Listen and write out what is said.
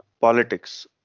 politics